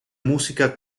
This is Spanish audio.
música